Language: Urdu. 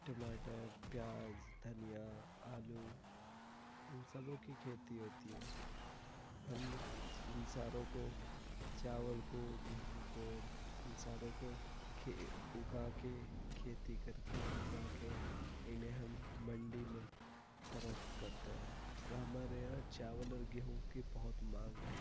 ٹماٹر پیاز دھنیا آلو ان سبھوں کی کھیتی ہوتی ہے ہم ان ساروں کو چاول کو گیہوں کو ان ساروں کو کھے اگا کے کھیتی کر کے اگا کے انہیں ہم منڈی میں فروخت کرتے ہیں اور ہمارے یہاں چاول اور گیہوں کی بہت مانگ ہے